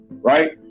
right